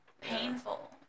painful